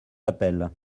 appel